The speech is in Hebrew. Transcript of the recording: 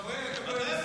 חבר הכנסת הלוי ממתין,